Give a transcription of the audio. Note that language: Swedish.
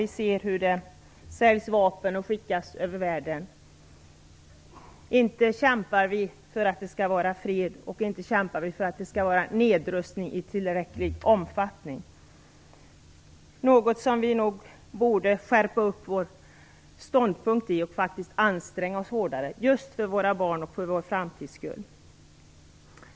Vi ser ju hur vapen säljs och skickas över världen. Inte kämpar vi för att det skall vara fred eller för nedrustning i tillräcklig omfattning. Vi borde nog skärpa vår ståndpunkt där och faktiskt anstränga oss mera, just för våra barns och för vår framtids skull.